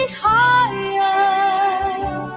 higher